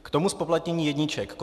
K tomu zpoplatnění jedniček.